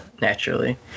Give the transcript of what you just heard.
naturally